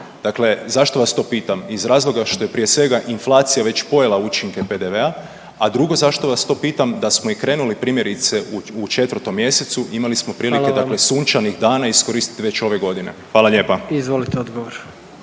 dakle zašto vas to pitam, iz razloga što je prije svega inflacija već pojela učinke PDV-a, a drugo zašto vas to pitam da smo i krenuli primjerice u 4. mjesecu, imali smo prilike …/Upadica: Hvala vam/… dakle sunčanih dana iskoristiti već ove godine, hvala lijepa. **Jandroković,